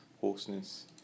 hoarseness